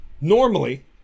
normally